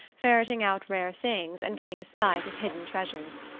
ferreting out rare things and getting a sight of hidden treasures.